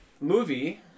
movie